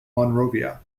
monrovia